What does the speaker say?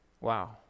Wow